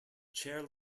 chair